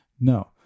No